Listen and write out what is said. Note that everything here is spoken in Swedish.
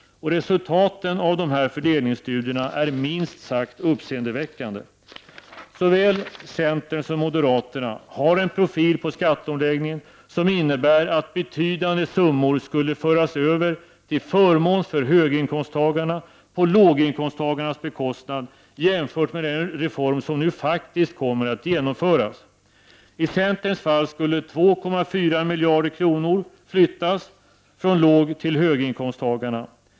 Resultaten av dessa fördelningsstudier är minst sagt uppseendeväckande. Såväl centern som moderaterna har en profil på skatteomläggningen som innebär att betydande summor skulle föras över till förmån för höginkomsttagarna på låginkomsttagarnas bekostnad, jämfört med den reform som nu faktiskt kommer att genomföras. I centerns fall skulle 2,4 miljarder kronor flyttas från låginkomsttagarna till höginkomsttagarna.